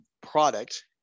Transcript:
product